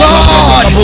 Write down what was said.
God